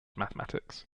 mathematics